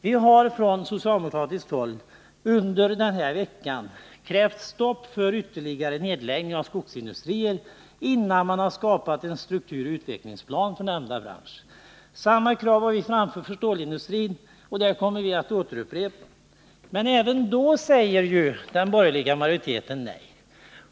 Vi har från socialdemokratiskt håll tidigare under den här veckan krävt stopp för ytterligare nedläggning av skogsindustrier, innan man skapat en strukturoch utvecklingsplan för nämnda bransch. Samma krav har vi framfört för stålindustrin, och det kommer vi att upprepa. Men även då säger den borgerliga majoriteten nej.